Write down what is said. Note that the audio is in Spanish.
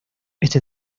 este